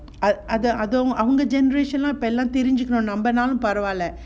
அது அவங்க:athuavanga generation lah லாம் இப்ப எல்லாம் தெரிஞ்சிக்கணும்:laaam ippa ellaam therinjikkanum